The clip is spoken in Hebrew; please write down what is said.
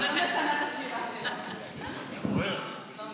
רק הסדר לא